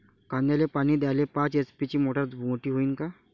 कांद्याले पानी द्याले पाच एच.पी ची मोटार मोटी व्हईन का?